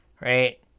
right